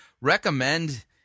recommend